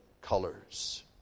colors